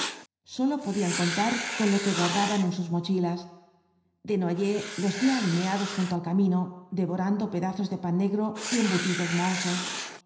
sólo podían contar con lo que guardaban en sus mochilas desnoyers los vio alineados junto al camino devorando pedazos de pan negro y embutidos mohosos